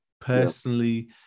personally